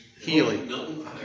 Healy